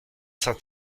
saint